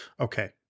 Okay